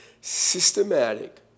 systematic